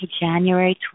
January